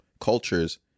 cultures